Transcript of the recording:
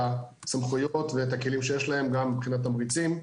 הסמכויות ואת הכלים שיש להם גם מבחינת תמריצים.